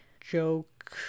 joke